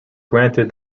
granted